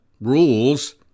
rules